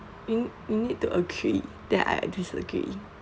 you you need to agree then I disagree